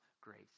grace